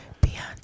Beyonce